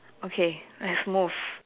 okay let's move